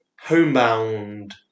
Homebound